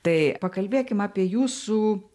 tai pakalbėkim apie jūsų